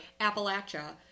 Appalachia